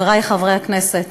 חברי חברי הכנסת,